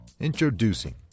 Introducing